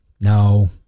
No